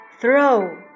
throw